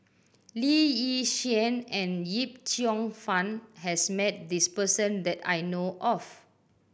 Lee Yi Shyan and Yip Cheong Fun has met this person that I know of